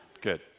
Good